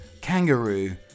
kangaroo